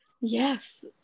Yes